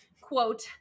quote